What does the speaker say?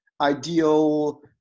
ideal